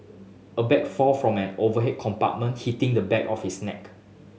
a bag fall from an overhead compartment hitting the back of his neck